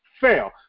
fail